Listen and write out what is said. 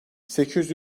sekiz